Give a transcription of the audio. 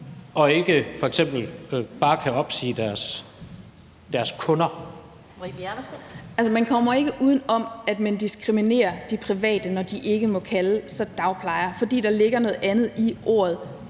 Marie Bjerre (V): Altså, man kommer ikke udenom, at man diskriminerer de private, når de ikke må kalde sig dagplejere, for der ligger noget andet i ordet